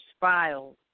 files